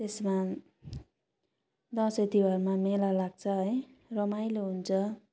त्यसमा दसैँ त्यौहारमा मेला लाग्छ है रमाइलो हुन्छ